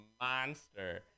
monster